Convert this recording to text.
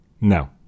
No